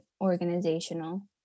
organizational